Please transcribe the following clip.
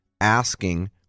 asking